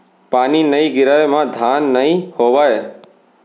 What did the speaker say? पानी नइ गिरय म धान नइ होवय